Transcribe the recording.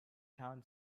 town